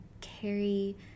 carry